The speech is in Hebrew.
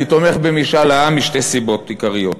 אני תומך במשאל עם, משתי סיבות עיקריות.